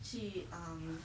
去 um